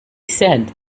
said